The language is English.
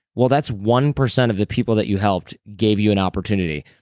well, that's one percent of the people that you helped gave you an opportunity.